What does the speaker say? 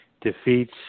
defeats